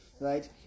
Right